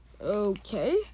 okay